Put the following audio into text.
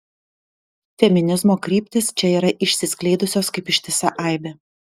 feminizmo kryptys čia yra išskleidusios kaip ištisa aibė